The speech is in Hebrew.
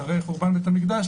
אחרי חורבן בית המקדש,